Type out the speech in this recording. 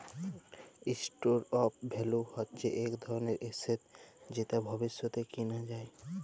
store of value হচ্যে ইক ধরলের এসেট যেট ভবিষ্যতে কিলা যায়